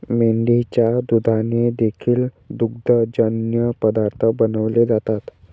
मेंढीच्या दुधाने देखील दुग्धजन्य पदार्थ बनवले जातात